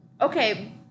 Okay